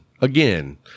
again